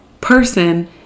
person